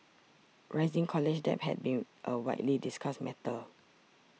rising college debt has been a widely discussed matter